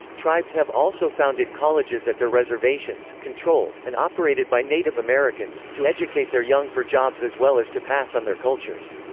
tribes have also founded colleges at their reservations, controlled, and operated by native americans, to educate their young for jobs as well as to pass on their cultures.